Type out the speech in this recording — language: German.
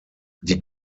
die